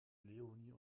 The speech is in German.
leonie